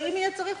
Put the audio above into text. ואם יהיה בו צורך